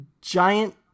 giant